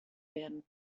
werden